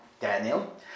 Daniel